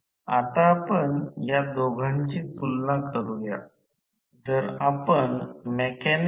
तर हे काढून घ्या हे बाकीचे r2 ' 1 s होईल